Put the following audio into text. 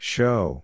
Show